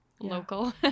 Local